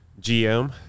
GM